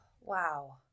wow